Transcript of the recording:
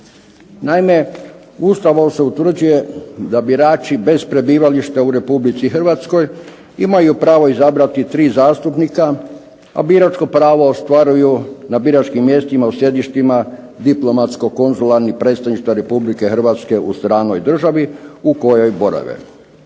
Naime, Ustavom se utvrđuje da birači bez prebivališta u Republici Hrvatskoj imaju pravo izabrati tri zastupnika, a biračko pravo ostvaruju na biračkim mjestima u sjedištima diplomatskog konzularnih predstavništva Republike Hrvatske u stranoj državi u kojoj borave.